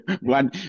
one